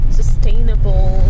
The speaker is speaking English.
sustainable